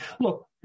Look